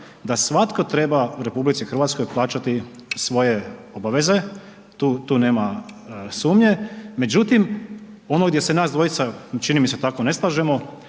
da svatko treba u RH plaćati svoje obaveze, tu nema sumnje. Međutim, ono gdje se nas dvojica, čini mi se tako ne slažemo